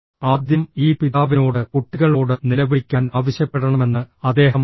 ആദ്യം ഈ പിതാവിനോട് കുട്ടികളോട് നിലവിളിക്കാൻ ആവശ്യപ്പെടണമെന്ന് അദ്ദേഹം കരുതി